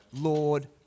Lord